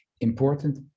important